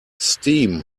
steam